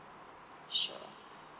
sure